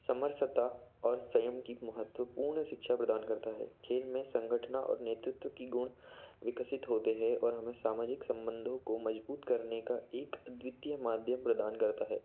समरसता और सय्यम की महत्वपूर्ण शिक्षा प्रदान करता है खेल में संगठना और नेतृत्व के गुण विकसित होते हैं और हम सामाजिक सम्बधों को मज़बूत करने का एक अद्वितीय माध्यम प्रदान करता है